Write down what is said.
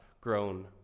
grown